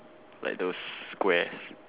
like those squares